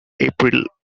april